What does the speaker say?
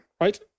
right